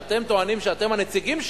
אתם טוענים שאתם הנציגים שלו,